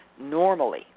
normally